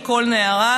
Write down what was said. של כל נערה,